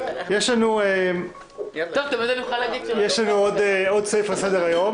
יושב-ראש הוועדה הזמנית לענייני חוץ וביטחון,